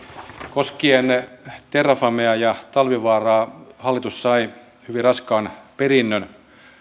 koskien terrafamea ja talvivaaraa hallitus sai hyvin raskaan perinnön